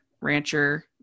rancher